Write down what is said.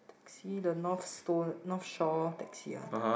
see the north stone North Shore taxi ah